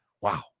Wow